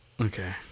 Okay